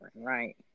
right